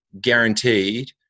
guaranteed